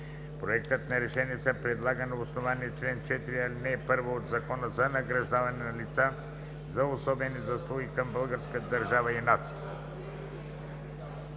Проектът на решение се предлага на основание чл. 4, ал. 1 от Закона за награждаване на лица за особени заслуги към българската държава и нацията.“